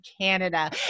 Canada